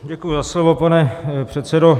Děkuji za slovo, pane předsedo.